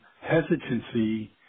hesitancy